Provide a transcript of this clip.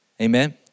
Amen